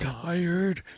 tired